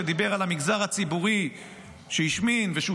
שדיבר על המגזר הציבורי שהשמין ושהוא